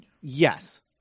Yes